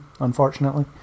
unfortunately